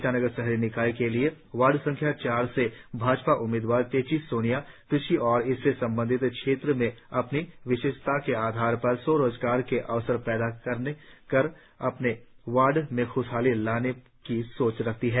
ईटानगर शहरी निकाय च्नाव के लिए वार्ड संख्या चार से भाजपा उम्मीदवार तेची सोनिया कृषि और इससे संबोधित क्षेत्रों में अपनी विशेषज्ञता के आधार पर स्वरोजगार के अवसर पैदा कर अपने वार्ड में ख्शहाली लाने की सोच रखती है